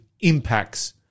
impacts